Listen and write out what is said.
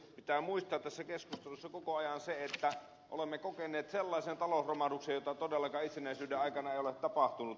pitää muistaa tässä keskustelussa koko ajan se että olemme kokeneet sellaisen talousromahduksen jota todellakaan itsenäisyyden aikana ei ole tapahtunut